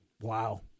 wow